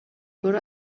برو